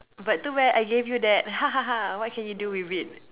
but too bad I gave you that ha ha ha what can you do with it